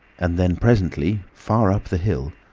and then presently, far up the hill,